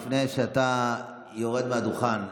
לפני שאתה יורד מהדוכן,